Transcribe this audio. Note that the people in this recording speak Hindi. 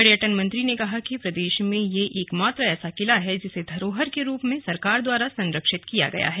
पर्यटन मंत्री ने कहा कि प्रदेश में यह एकमात्र ऐसा किला है जिसे धरोहर के रूप में सरकार द्वारा संरक्षित किया गया है